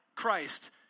Christ